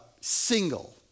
single